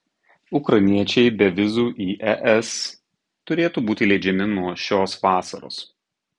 ukrainiečiai be vizų į es turėtų būti įleidžiami nuo šios vasaros